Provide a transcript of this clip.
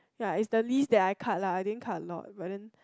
ya is the least that I cut lah I didn't cut a lot but then